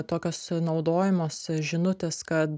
tokios naudojamos žinutės kad